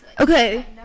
Okay